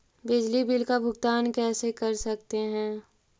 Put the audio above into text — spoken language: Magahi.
बिजली बिल का भुगतान कैसे कर सकते है?